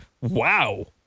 Wow